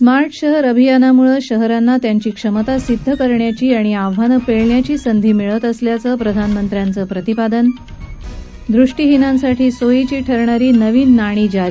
smart शहर अभियानामुळे शहरांना त्यांची क्षमता सिद्ध करण्याची आणि आव्हानं पेलण्याची संधी मिळत असल्याचं प्रधानमंत्र्यांचं प्रतिपादन दृष्टीहीनांसाठी सोयीची ठरणारी नवीन नाणी जारी